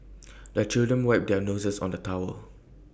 the children wipe their noses on the towel